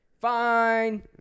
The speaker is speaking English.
fine